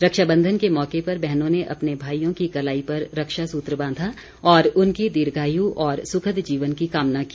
रक्षा बंधन के मौके पर बहनों ने अपने भाईयों की कलाई पर रक्षा सूत्र बांधा और उनकी दीर्घायु और सुखद जीवन की कामना की